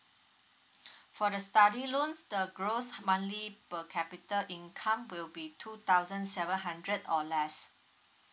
for the study loans the gross monthly per capita income will be two thousand seven hundred or less